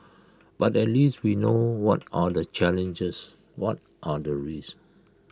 but at least we know what are the challenges what are the risks